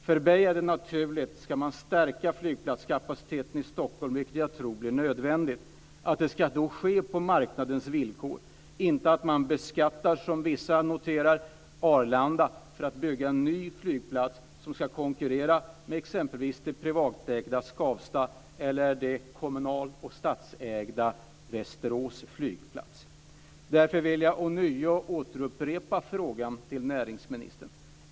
För mig är det naturligt att en förstärkning av flygplatskapaciteten i Stockholm, som jag tror är nödvändig, ska ske på marknadens villkor. Man ska inte, som vissa menar, beskatta Arlanda för att bygga en ny flygplats som ska konkurrera med exempelvis det privatägda Skavsta eller den kommun och statsägda Västerås flygplats. Jag vill därför återupprepa min fråga till näringsministern.